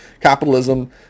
capitalism